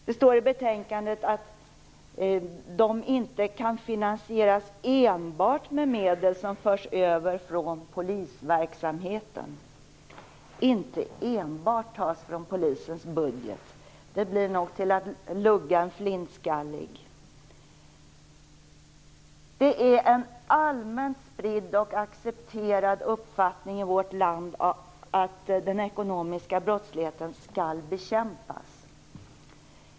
Det står i betänkandet att de inte kan finansieras enbart med medel som förs över från polisverksamheten - ja, det blir nog till att lugga en flintskallig. Det är en allmänt spridd och accepterad uppfattning i vårt land att den ekonomiska brottsligheten skall bekämpas.